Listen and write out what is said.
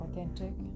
Authentic